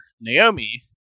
Naomi